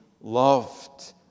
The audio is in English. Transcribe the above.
loved